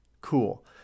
cool